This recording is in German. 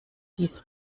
dies